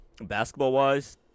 basketball-wise